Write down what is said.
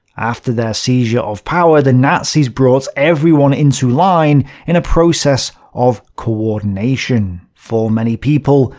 after their seizure of power, the nazis brought everyone into line, in a process of coordination. for many people,